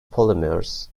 polymers